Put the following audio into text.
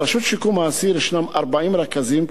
ברשות לשיקום האסיר יש 40 רכזים,